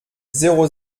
zéro